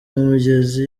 migezi